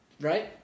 Right